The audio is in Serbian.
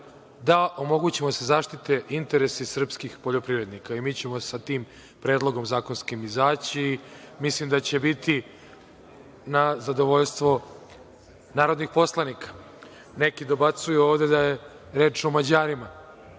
da omogućimo da se zaštite interesi srpskih poljoprivrednika i mi ćemo sa tim zakonskim predlogom izaći. Mislim da će biti na zadovoljstvo narodnih poslanika. Neki dobacuju ovde da je reč o Mađarima,